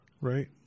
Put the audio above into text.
Right